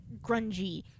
grungy